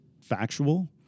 factual